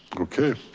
okay.